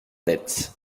net